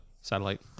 satellite